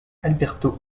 alberto